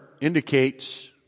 indicates